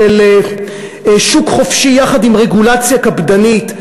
של שוק חופשי יחד עם רגולציה קפדנית,